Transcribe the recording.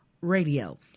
Radio